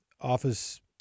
office